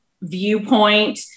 viewpoint